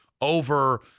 over